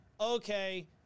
okay